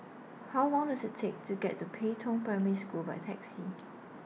How Long Does IT Take to get to Pei Tong Primary School By Taxi